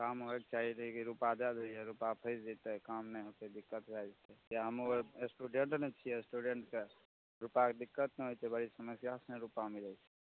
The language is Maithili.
काम होएके चाही देगी रुपआ दै देलियै रुपआ फसि जैतै काम नहि होयतै दिक्कत भए जेतै किएक हमहुँ आर स्टूडेन्ट ने छियै स्टूडेन्टके रुपआके दिक्कत ने होएत छै बडी समस्या से ने रुपआ मिलैत छै